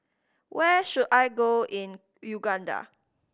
where should I go in Uganda